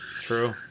true